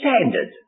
standard